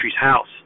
house